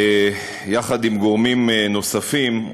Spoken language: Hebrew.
יחד עם גורמים נוספים,